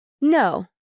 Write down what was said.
No